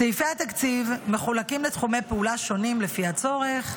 סעיפי התקציב מחולקים לתחומי פעולה שונים לפי הצורך.